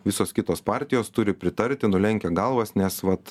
visos kitos partijos turi pritarti nulenkę galvas nes vat